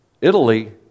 Italy